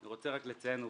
אני רוצה רק לציין עובדה.